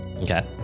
Okay